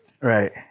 Right